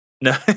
No